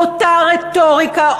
אותה רטוריקה,